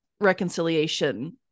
reconciliation